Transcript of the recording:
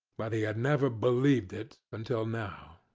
but he had never believed it until now.